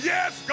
Yes